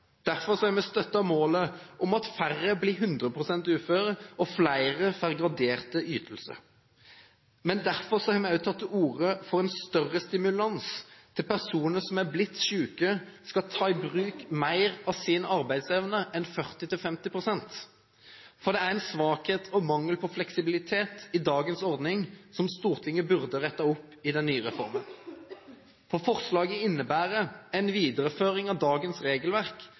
Derfor har vi støttet målet om at færre blir 100 pst. uføre, og at flere får graderte ytelser. Derfor har vi også tatt til orde for en større stimulans til at personer som har blitt syke, skal ta i bruk mer av sin arbeidsevne enn 40–50 pst., for det er en svakhet og mangel på fleksibilitet i dagens ordning som Stortinget burde ha rettet opp i den nye reformen. Forslaget innebærer nemlig en videreføring av dagens regelverk